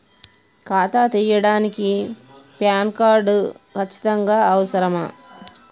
ఖాతా తీయడానికి PAN card ఖచ్చితంగా అవసరమా?